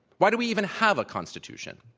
why do we even have a constitution?